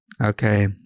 Okay